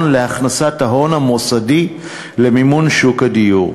להכנסת ההון המוסדי למימון שוק הדיור.